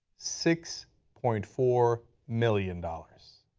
six point four million dollars.